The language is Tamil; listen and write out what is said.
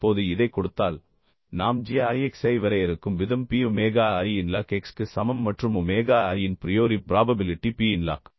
இப்போது இதைக் கொடுத்தால் நாம் g i x ஐ வரையறுக்கும் விதம் P ஒமேகா i இன் லாக் x க்கு சமம் மற்றும் ஒமேகா i இன் ப்ரியோரி ப்ராபபிலிட்டி P இன் லாக்